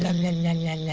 ah la la yeah la